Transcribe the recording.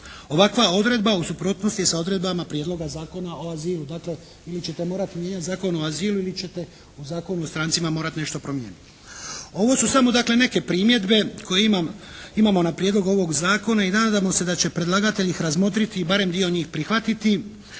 Ovakva odredba u suprotnosti je s odredbama Prijedloga Zakona o azilu. Dakle ili ćete morati mijenjati Zakon o azilu ili ćete u Zakonu o strancima morati nešto promijeniti. Ovo su samo dakle primjedbe koje imamo na ovaj Prijedlog zakona i nadamo se da će predlagatelj ih razmotriti i barem dio njih prihvatiti